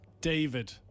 David